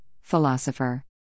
Philosopher